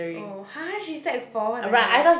orh !huh! she sec four what the hell